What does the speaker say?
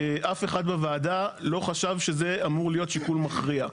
אף אחד בוועדה לא חשב שזה אמור להיות שיקול מכריע.